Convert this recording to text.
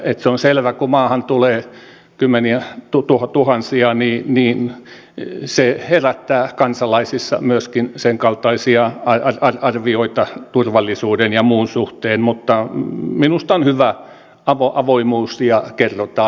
se on selvä että kun maahan tulee kymmeniä tuttu jo tuhansia nimiä on kymmeniätuhansia niin se herättää kansalaisissa myöskin senkaltaisia arvioita turvallisuuden ja muun suhteen mutta minusta on hyvä avoimuus ja se että kerrotaan